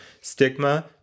stigma